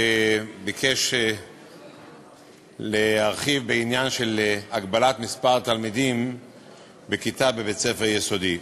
ביקש להרחיב בעניין של הגבלת מספר התלמידים בכיתה בבית-ספר יסודי.